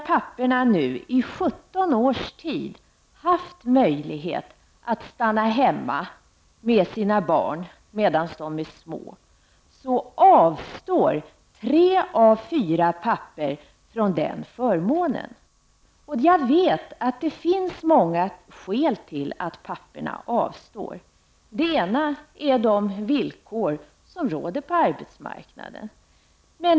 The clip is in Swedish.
Papporna har nu i 17 års tid haft möjlighet att stanna hemma med sina barn medan barnen är små, men fortfarande avstår tre av fyra pappor från den förmånen. Jag vet att det finns många skäl till att papporna avstår. Ett skäl är de villkor som råder på arbetsmarknaden.